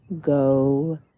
Go